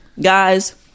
Guys